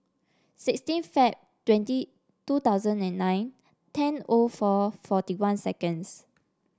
sixteen Feb twenty two thousand and nine ten O four forty one seconds